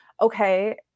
okay